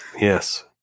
Yes